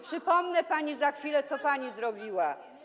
Przypomnę pani za chwilę, co pani zrobiła.